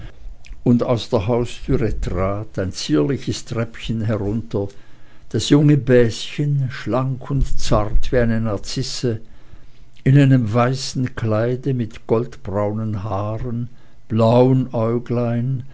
und aus der haustüre trat ein zierliches treppchen herunter das junge bäschen schlank und zart wie eine narzisse in einem weißen kleide mit goldbraunen haaren blauen äuglein